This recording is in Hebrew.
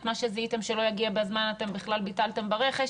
את מה שזיהיתם שלא יגיע בזמן אתם בכלל ביטלתם ברכש.